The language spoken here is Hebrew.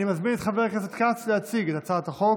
אני קובע כי הצעת חוק